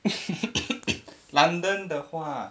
london 的话